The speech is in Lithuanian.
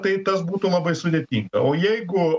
tai tas būtų labai sudėtinga o jeigu